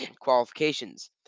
qualifications